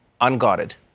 Unguarded